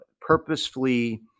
purposefully